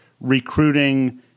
recruiting